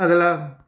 ਅਗਲਾ